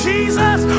Jesus